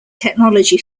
technology